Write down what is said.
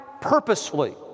purposefully